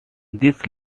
this